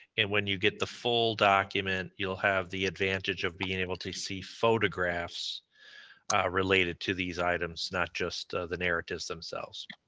and when you get the full document you'll have the advantage of being able to see photographs related to these items, not just the narratives themselves.